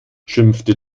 schimpfte